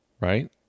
right